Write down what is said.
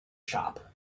shop